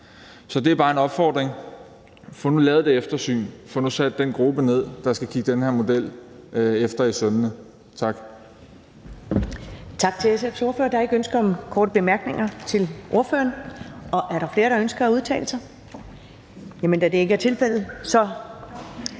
Så det er bare en opfordring: Få nu lavet det eftersyn, få nu nedsat den gruppe, der skal kigge den her model efter i sømmene. Tak.